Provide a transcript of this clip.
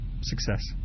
Success